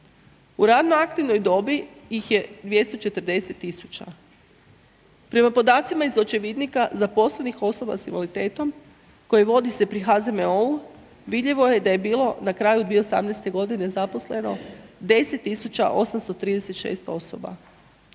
U radno aktivnoj dobi ih je 240 000. Prema podacima iz očevidnika zaposlenih osoba sa invaliditetom koji vodi se pri HZMO-u, vidljivo je da je bilo na kraju 2018. g. zaposleno 10 836 osoba.